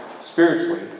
spiritually